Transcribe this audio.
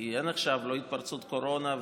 כי אין עכשיו התפרצות קורונה,